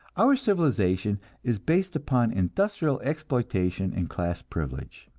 our civilization is based upon industrial exploitation and class privilege,